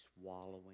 swallowing